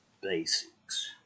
basics